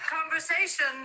Conversation